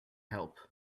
help